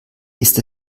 ist